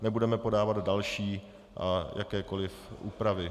Nebudeme podávat další jakékoli úpravy.